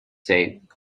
said